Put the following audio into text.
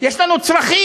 יש לנו צרכים,